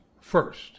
first